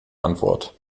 antwort